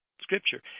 scripture